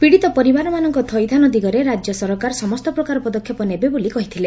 ପୀଡ଼ିତ ପରିବାରମାନଙ୍କ ଥଇଥାନ ଦିଗରେ ରାଜ୍ୟ ସରକାର ସମସ୍ତ ପ୍ରକାର ପଦକ୍ଷେପ ନେବେ ବୋଲି କହିଥିଲେ